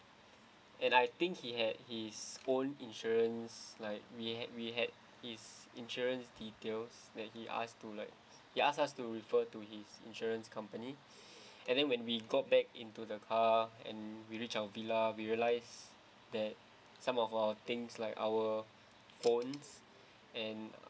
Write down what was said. and I think he had his own insurance like we had we had his insurance details that he asked to like he asked us to refer to his insurance company and then when we got back into the car and we reached our villa we realised that some of our things like our phones and